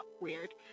weird